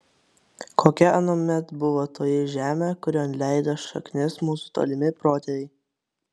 kokia anuomet buvo toji žemė kurion leido šaknis mūsų tolimi protėviai